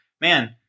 man